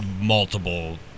multiple